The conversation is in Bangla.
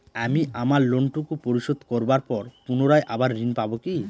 আমি আমার লোন টুকু পরিশোধ করবার পর পুনরায় আবার ঋণ পাবো কি?